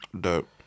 Dope